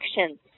actions